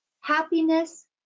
happiness